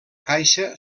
caixa